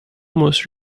most